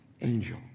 Angel